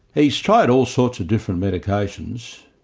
he's tried all sorts of different medications.